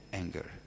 anger